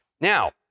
Now